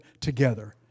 together